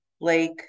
Lake